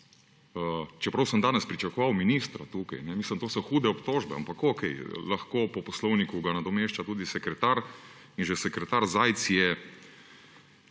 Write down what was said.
čeprav sem danes pričakoval ministra tukaj, mislim, to so hude obtožbe, ampak okej, po poslovniku ga lahko nadomešča tudi sekretar – že sekretar Zajc je